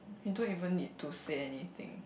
you don't even need to say anything